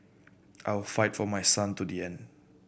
I will fight for my son to the end